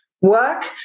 Work